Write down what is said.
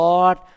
Lord